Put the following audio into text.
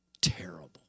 terrible